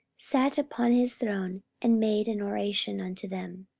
sat upon his throne, and made an oration unto them.